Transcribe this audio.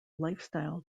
lifestyle